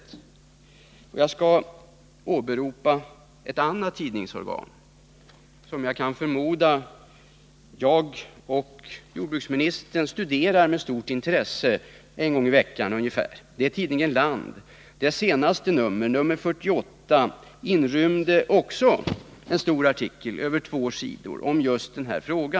Låt mig i detta sammanhang åberopa ett annat tidningsorgan, som jag själv och jag förmodar även jordbruksministern studerar med stort intresse varje vecka, nämligen tidningen Land. I dess senaste nummer, nr 48, inrymdes en stor artikel på två sidor om bl.a. just denna fråga.